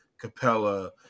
capella